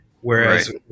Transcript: Whereas